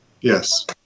Yes